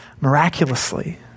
miraculously